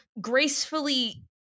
gracefully